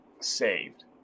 Saved